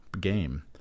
game